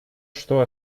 что